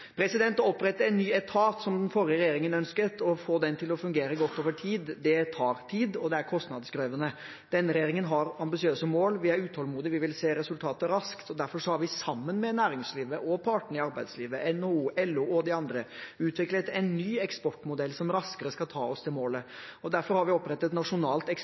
Å opprette en ny etat, som den forrige regjeringen ønsket, og å få den til å fungere godt over tid, det tar tid, og det er kostnadskrevende. Denne regjeringen har ambisiøse mål; vi er utålmodige, vi vil se resultater raskt. Derfor har vi sammen med næringslivet og partene i arbeidslivet, NHO, LO og de andre, utviklet en ny eksportmodell som raskere skal ta oss til målet. Derfor har vi opprettet Nasjonalt